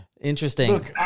Interesting